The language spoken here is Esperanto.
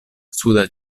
suda